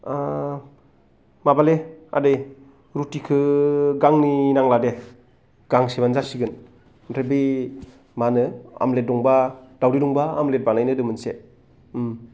माबालै आदै रुटिखौ गांनै नांला दे गांसेबानो जासिगोन ओमफ्राय बे मा होनो अमलेट दंबा दावदै दंबा अमलेट बानायनो होदो मोनसे